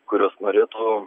kurios norėtų